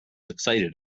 excited